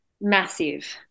massive